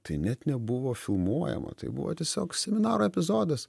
tai net nebuvo filmuojama tai buvo tiesiog seminaro epizodas